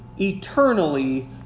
eternally